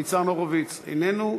ניצן הורוביץ, איננו.